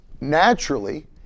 naturally